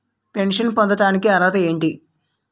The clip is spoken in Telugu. పెన్షన్ పొందడానికి అర్హత ఏంటి?